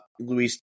Luis